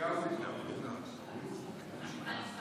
היום התארחה כאן בכנסת ישראל משלחת "שובו".